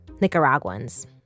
Nicaraguans